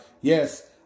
yes